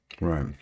Right